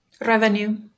Revenue